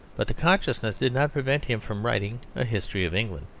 but the consciousness did not prevent him from writing a history of england.